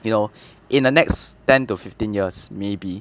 you know in the next ten to fifteen years maybe